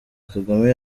kagame